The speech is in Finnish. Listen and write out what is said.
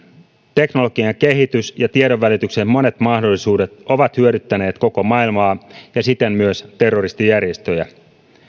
teknologian kehitys ja tiedonvälityksen monet mahdollisuudet ovat hyödyttäneet koko maailmaa ja siten myös terroristijärjestöjä